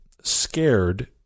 scared